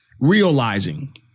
realizing